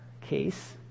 case